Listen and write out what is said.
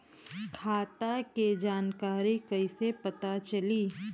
खाता के जानकारी कइसे पता चली?